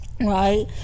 Right